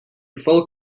full